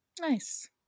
Nice